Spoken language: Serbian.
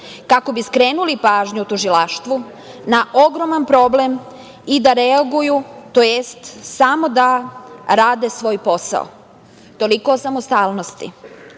kako bi skrenuli pažnju tužilaštvu na ogroman problem i da reaguju, tj. samo da rade svoj posao. Toliko o samostalnosti. Njihov